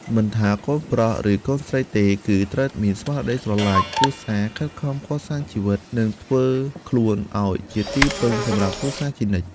មិនថាកូនប្រុស ឬកូនស្រីទេ គឺត្រូវមានស្មារតីស្រឡាញ់គ្រួសារ ខិតខំកសាងជីវិត និងធ្វើខ្លួនឱ្យជាទីពឹងសម្រាប់គ្រួសារជានិច្ច។